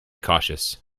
cautious